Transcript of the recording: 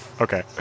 Okay